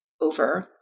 over